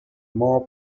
more